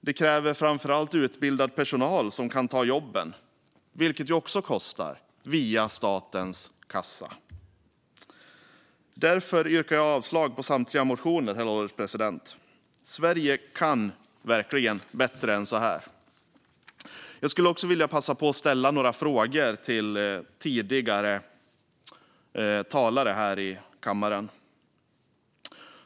Det kräver framför allt utbildad personal som kan ta jobben, vilket också kostar via statens kassa. Därför yrkar jag avslag på samtliga motioner, herr ålderspresident. Sverige kan verkligen bättre än så här. Jag skulle också vilja passa på att ställa några frågor till tidigare talare här i kammaren.